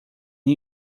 new